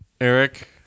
Eric